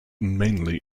mainly